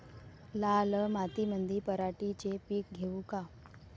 लाल मातीमंदी पराटीचे पीक घेऊ का?